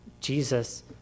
Jesus